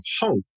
hope